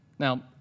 Now